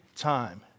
time